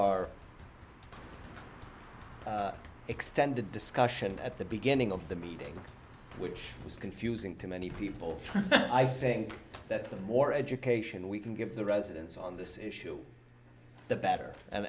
our extended discussion at the beginning of the meeting which was confusing to many people i think that the more education we can give the residents on this issue the better